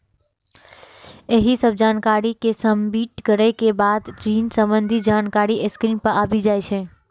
एहि सब जानकारी कें सबमिट करै के बाद ऋण संबंधी जानकारी स्क्रीन पर आबि जाइ छै